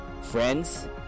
Friends